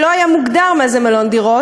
שלא היה מוגדר מה זה מלון דירות.